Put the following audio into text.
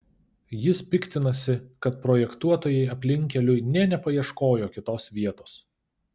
jis piktinasi kad projektuotojai aplinkkeliui nė nepaieškojo kitos vietos